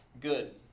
good